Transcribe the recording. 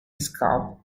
scalp